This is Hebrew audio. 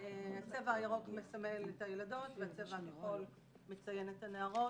הצבע הירוק מסמל את הילדות והצבע הכחול מציין את הנערות.